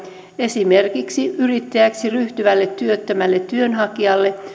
esimerkiksi yrittäjäksi ryhtyvälle työttömälle työnhakijalle